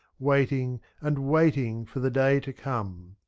waiting and waiting for the day to come.